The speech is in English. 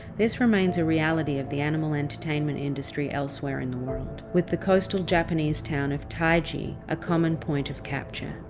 this remains a reality of the animal entertainment industry elsewhere in the world, with the coastal japanese town of taiji a common point of capture.